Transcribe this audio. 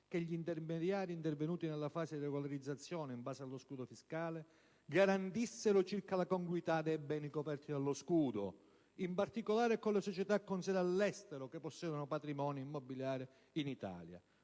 che gli intermediari intervenuti nella fase di regolarizzazione in base allo scudo fiscale garantissero circa la congruità dei beni coperti dallo scudo, in particolare per le società con sede all'estero che possiedono patrimonio immobiliare in Italia.